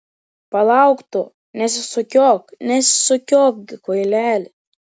palauk tu nesisukiok nesisukiok gi kvaileli